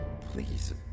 Please